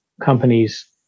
companies